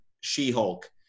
She-Hulk